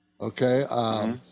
Okay